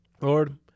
Lord